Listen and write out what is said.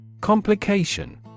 Complication